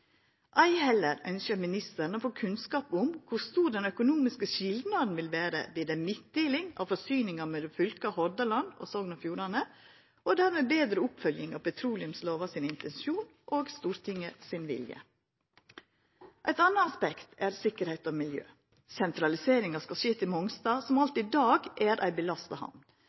Ei heller ønskjer ministeren å få kunnskap om kor stor den økonomiske skilnaden vil vera ved ei midtdeling av forsyninga mellom fylka Hordaland og Sogn og Fjordane og dermed betre oppfølging av intensjonen i petroleumslova og Stortinget sin vilje. Eit anna aspekt er sikkerheit og miljø. Sentraliseringa skal skje til Mongstad, som alt i dag er ei belasta hamn,